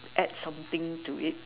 add something to it